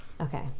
okay